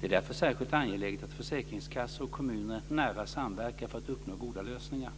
Det är därför särskilt angeläget att försäkringskassor och kommuner nära samverkar för att uppnå goda lösningar.